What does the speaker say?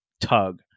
tug